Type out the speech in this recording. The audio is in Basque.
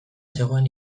zegoen